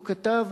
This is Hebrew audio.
הוא כתב: